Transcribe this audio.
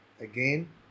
again